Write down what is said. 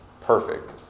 perfect